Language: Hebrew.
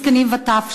זקנים וטף,